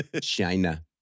China